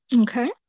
Okay